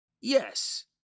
Yes